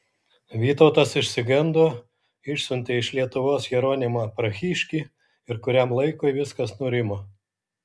vytautas išsigando išsiuntė iš lietuvos jeronimą prahiškį ir kuriam laikui viskas nurimo